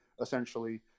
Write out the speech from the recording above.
essentially